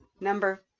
Number